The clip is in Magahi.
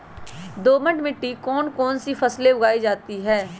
दोमट मिट्टी कौन कौन सी फसलें उगाई जाती है?